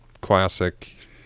classic